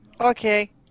Okay